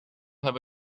have